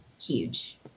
huge